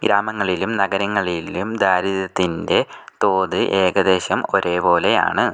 ഗ്രാമങ്ങളിലും നഗരങ്ങളിലും ദാരിദ്ര്യത്തിൻ്റെ തോത് ഏകദേശം ഒരേപോലെയാണ്